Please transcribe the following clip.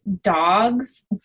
dogs